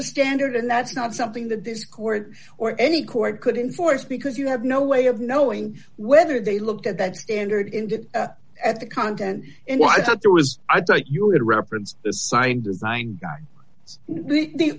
a standard and that's not something that this court or any court could in force because you have no way of knowing whether they looked at that standard in did at the content and what i thought there was i thought you would represent the sign design by the